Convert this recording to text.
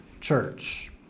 church